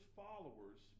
followers